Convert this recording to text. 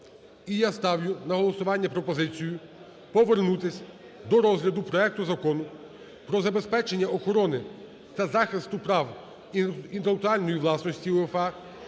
І я ставлю на голосування пропозицію повернутись до розгляду проекту Закону про забезпечення охорони та захисту прав інтелектуальної власності УЄФА